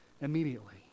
immediately